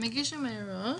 הם הגישו אותם מראש,